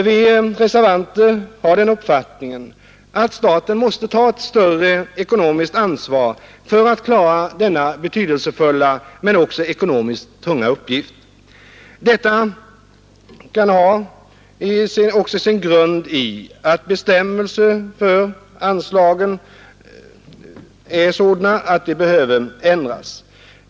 Vi reservanter har den uppfattningen att staten måste ta ett större ekonomiskt ansvar för att klara denna betydelsefulla men också ekonomiskt tunga uppgift. Att antalet vårdplatser inte ökat i den utsträckning som är erforderligt kan ha sin grund i att bestämmelserna för anslagen är sådana att de behöver ändras.